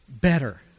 better